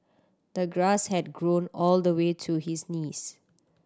the grass had grown all the way to his knees